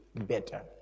better